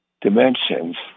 dimensions